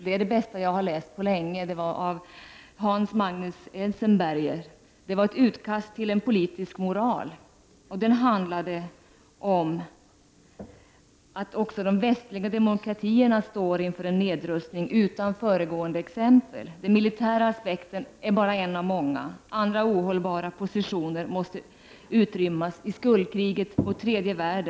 Den var det bästa som jag hade läst på länge och var skriven av Hans Magnus Enzensberger. Artikeln innehöll ett utkast till politisk moral och handlade om att också de västliga demokratierna står inför en nedrustning utan föregående motsvarighet. Den militära aspekten är bara en av många. Andra ohållbara positioner måste överges i skuldkriget mot tredje världen.